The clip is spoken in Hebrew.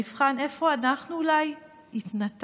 נבחן איפה אנחנו אולי התנתקנו.